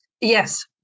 yes